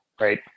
right